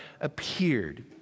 appeared